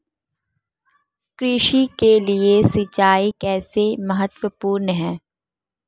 कृषि के लिए सिंचाई कैसे महत्वपूर्ण है?